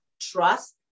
trust